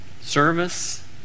service